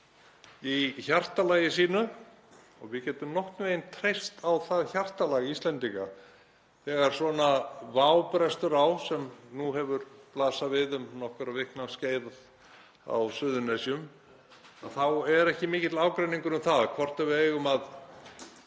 í hjartalagi sínu og við getum nokkurn veginn treyst á það hjartalag Íslendinga þegar svona vá brestur á, sem nú hefur blasað við um nokkurra vikna skeið á Suðurnesjum, að þá er ekki mikill ágreiningur um það hvort við eigum að